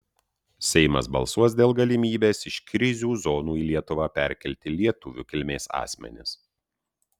seimas balsuos dėl galimybės iš krizių zonų į lietuvą perkelti lietuvių kilmės asmenis